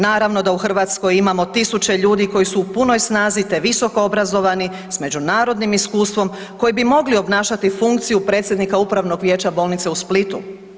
Naravno da u Hrvatskoj imamo tisuće ljudi koji su u punoj snazi te visokoobrazovani s međunarodnim iskustvom koji bi mogli obnašati funkciju Upravnog vijeća bolnice u Splitu.